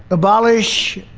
abolish,